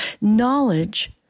knowledge